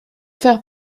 faire